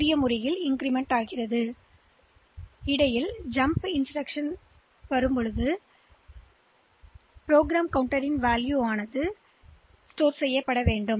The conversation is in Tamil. எனவே இதுமுக்கிய ஏற்றப்பட்டப்ரோக்ராம் இந்த பகுதியில் சொல்லுங்கள்